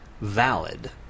valid